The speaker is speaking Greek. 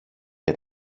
και